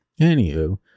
anywho